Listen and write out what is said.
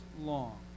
long